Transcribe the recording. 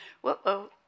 whoa